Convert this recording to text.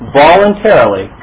voluntarily